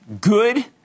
good